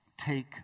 take